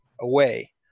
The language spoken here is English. away